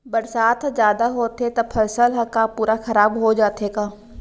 बरसात ह जादा होथे त फसल ह का पूरा खराब हो जाथे का?